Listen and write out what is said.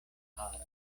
haroj